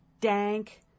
dank